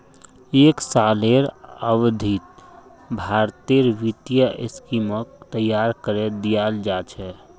एक सालेर अवधित भारतेर वित्तीय स्कीमक तैयार करे दियाल जा छे